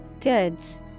Goods